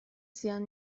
زیان